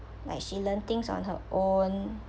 like she learn things on her own